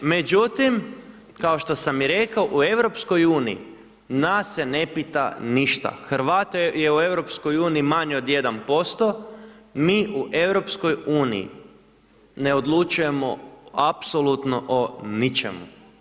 Međutim, kao što sam i rekao u EU nas se ne pita ništa, Hrvata je u EU manje od 1%, mi u EU ne odlučujemo apsolutno o ničemu.